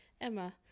Emma